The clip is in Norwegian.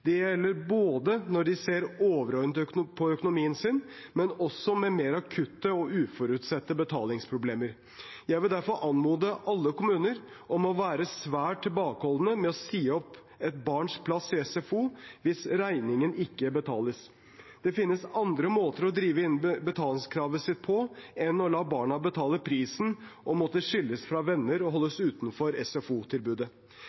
Det gjelder når de ser overordnet på økonomien sin, men også ved mer akutte og uforutsette betalingsproblemer. Jeg vil derfor anmode alle kommuner om å være svært tilbakeholdne med å si opp et barns plass i SFO hvis regningen ikke betales. Det finnes andre måter å drive inn betalingen på enn å la barna betale prisen og måtte skilles fra venner og